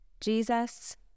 Jesus